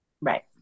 Right